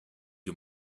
you